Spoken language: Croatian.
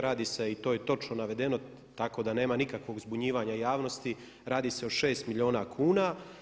Radi se, i to je točno navedeno, tako da nema nikakvog zbunjivanja javnosti, radi se o 6 milijuna kuna.